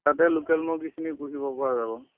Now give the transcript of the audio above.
তাতে লোকেল মূৰ্গীখিনি পুহিব পৰা যাব